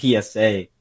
PSA